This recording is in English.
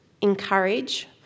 encourage